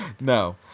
No